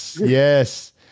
yes